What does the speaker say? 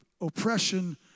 oppression